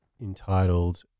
entitled